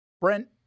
Brent